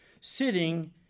sitting